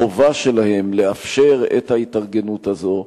החובה שלהם לאפשר את ההתארגנות הזו,